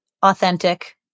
authentic